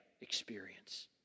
experience